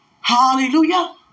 Hallelujah